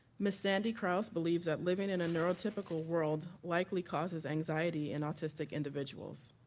um sandy krause believes living in a neurotypical world likely causes anxiety in autistic individuals.